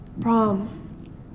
Prom